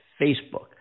Facebook